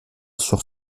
sur